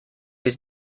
was